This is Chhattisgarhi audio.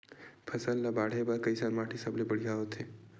फसल ला बाढ़े बर कैसन माटी सबले बढ़िया होथे?